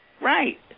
Right